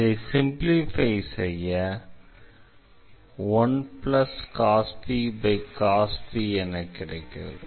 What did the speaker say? இதை சிம்ப்ளிஃபை செய்ய 1cos v cos v என கிடைக்கிறது